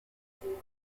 estland